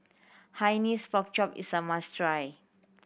Hainanese Pork Chop is a must try